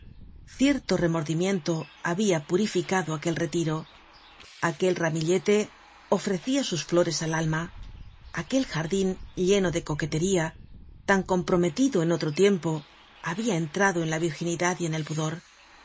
cierto remordimiento habia purificado aquel retiro aquel ramillete ofrecia sus flores al alma aquel jardin lleno de coquetería tan comprometido en otro tiempo habia entrado en la virginidad y en el pudor